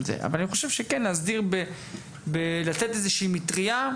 אבל אני חושב שכן צריך לתת איזו שהיא מטריה,